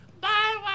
Bye